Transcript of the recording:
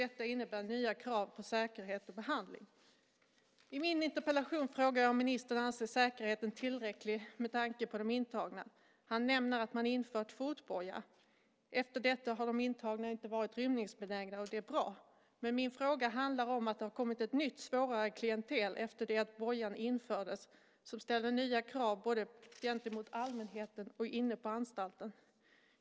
Detta innebär nya krav på säkerhet och behandling. I min interpellation frågar jag om ministern anser att säkerheten är tillräcklig med tanke på de intagna. Han nämner att man har infört fotboja. Efter detta har de intagna inte varit rymningsbenägna, och det är bra. Men min fråga handlar om att det har kommit ett nytt och svårare klientel efter det att bojan infördes och som ställer nya krav på säkerhet både gentemot allmänheten och inne på anstalten.